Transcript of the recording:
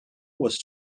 was